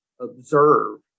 observe